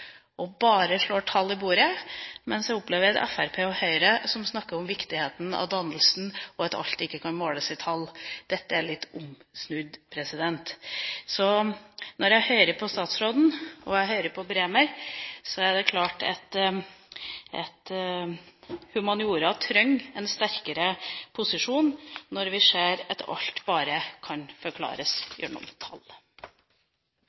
og bare slår tall i bordet, mens jeg opplever et fremskrittsparti og Høyre som snakker om viktigheten av dannelsen og at alt ikke kan måles i tall. Dette er litt omsnudd. Så når jeg hører på statsråden, og hører på Bremer, og når vi ser at alt bare kan forklares gjennom tall, er det klart at humaniora trenger en sterkere posisjon. Det er selvfølgelig ikke slik at